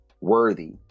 worthy